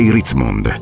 Ritzmond